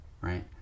Right